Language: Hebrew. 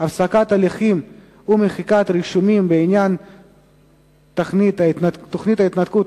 הפסקת הליכים ומחיקת רישומים בעניין תוכנית ההתנתקות,